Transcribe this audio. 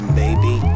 baby